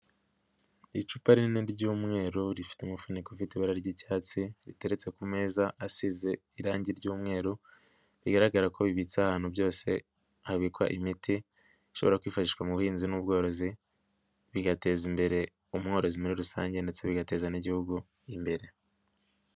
Icupa rinini ry'umweru rifite umufuniko ufite ibara ry'icyatsi riteretse ku meza, asize irangi ry'umweru, bigaragara ko ibitse ahantu byose habikwa imiti ishobora kwifashishwa mu buhinzi n'ubworozi bigateza imbere umworozi muri rusange ndetse bigateza n'igihugu imbere.